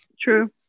True